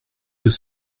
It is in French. deux